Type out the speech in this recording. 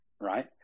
right